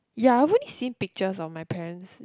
ya I won't seen pictures on my parents